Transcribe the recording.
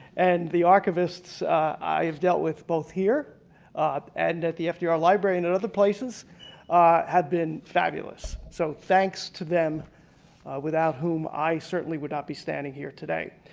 and the archivists i've dealt with both here and at the fdr library and and other places have been fabulous. so thanks to them without whom i certainly would not be standing here today.